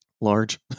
large